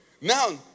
Now